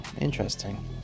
Interesting